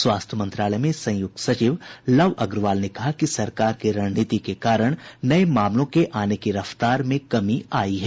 स्वास्थ्य मंत्रालय में संयुक्त सचिव लव अग्रवाल ने कहा कि सरकार की रणनीति के कारण नये मामलों के आने की रफ्तार में कमी आयी है